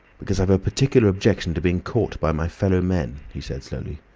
because i've a particular objection to being caught by my fellow-men, he said slowly.